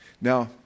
Now